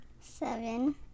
Seven